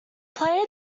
player